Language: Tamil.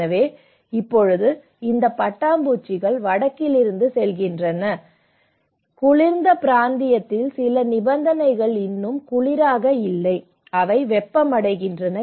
எனவே இப்போது இந்த பட்டாம்பூச்சிகள் வடக்கிலிருந்து செல்கின்றன எனவே குளிர்ந்த பிராந்தியத்தில் சில நிபந்தனைகள் இன்னும் குளிராக இல்லை அவை வெப்பமடைகின்றன